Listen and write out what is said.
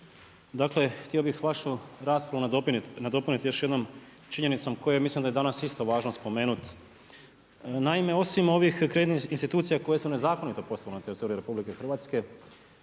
dakle htio bih vašu raspravu nadopuniti još jednom činjenicom koju ja mislim da je danas isto važna spomenuti. Naime, osim ovih kreditnih institucija koje su nezakonito poslovale na teritoriju RH,